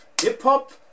Hip-hop